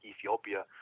Ethiopia